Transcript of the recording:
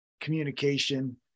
communication